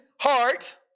heart